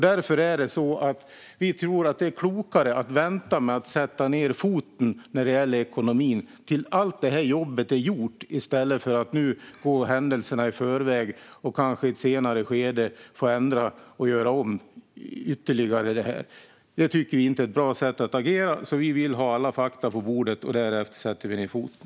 Därför tror vi att det är klokare att vänta med att sätta ned foten när det gäller ekonomin till dess att allt det här jobbet är gjort än att nu gå händelserna i förväg och kanske i ett senare skede få ändra och göra om detta ytterligare. Det tycker vi inte är ett bra sätt att agera. Vi vill ha alla fakta på bordet, och därefter sätter vi ned foten.